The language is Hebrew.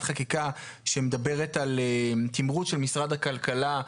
חקיקה שמדברת על תמרוץ של משרד הכלכלה.